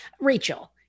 Rachel-